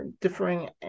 differing